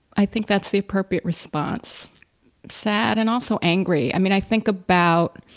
i think that's the appropriate response sad and also angry. i mean, i think about,